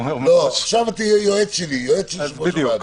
עכשיו תהיה יועץ שלי, יועץ של יושב-ראש הוועדה.